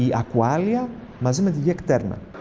yeah aqualia um of the government.